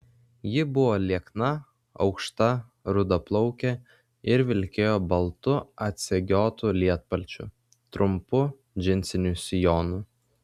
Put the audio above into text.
ji buvo liekna aukšta rudaplaukė ir vilkėjo baltu atsegiotu lietpalčiu trumpu džinsiniu sijonu